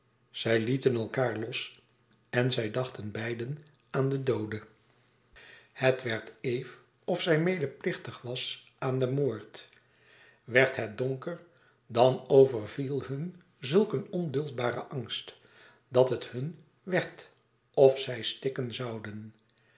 zij lieten elkaâr los en zij dachten beiden aan den doode het werd eve of zij medeplichtig was aan den moord werd het donker dan overviel hun zulk een onduldbare angst dat het hun werd of zij stikken zouden